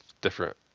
different